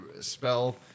Spell